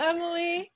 Emily